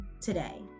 today